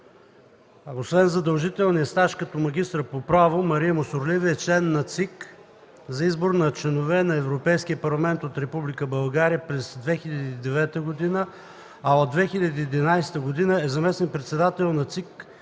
Освен задължителният стаж като магистър по право Мария Мусорлиева е и член на ЦИК за избор на членове на Европейския парламент от Република България през 2009 г., а от 2011 г. е заместник-председател на ЦИК